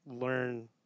learn